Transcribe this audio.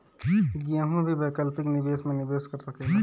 केहू भी वैकल्पिक निवेश में निवेश कर सकेला